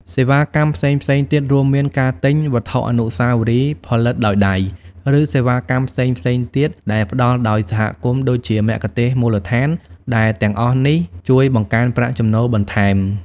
សេវាកម្មផ្សេងៗទៀត រួមមានការទិញ វត្ថុអនុស្សាវរីយ៍ ផលិតដោយដៃ ឬ សេវាកម្មផ្សេងៗទៀតដែលផ្តល់ដោយសហគមន៍ ដូចជាមគ្គុទ្ទេសក៍មូលដ្ឋាន ដែលទាំងអស់នេះជួយបង្កើនប្រាក់ចំណូលបន្ថែម។